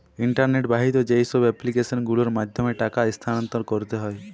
internet বাহিত যেইসব application গুলোর মাধ্যমে টাকা স্থানান্তর করতে হয়